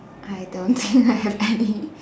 I don't think I have any